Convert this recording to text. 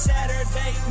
Saturday